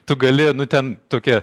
tu gali nu ten tokie